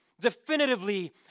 definitively